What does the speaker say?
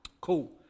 cool